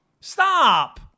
Stop